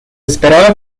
esperaba